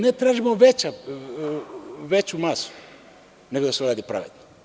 Ne tražimo veću masu nego da se uradi pravedno.